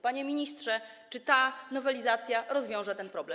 Panie ministrze, czy ta nowelizacja rozwiąże ten problem?